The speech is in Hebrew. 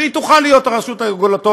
והיא תוכל להיות הרשות הרגולטורית,